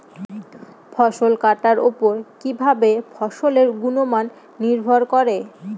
ফসল কাটার উপর কিভাবে ফসলের গুণমান নির্ভর করে?